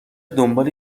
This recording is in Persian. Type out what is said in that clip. دنبال